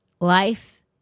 life